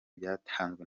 byatanzwe